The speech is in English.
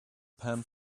pan